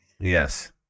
Yes